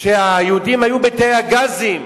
כשהיהודים היו בתאי הגזים,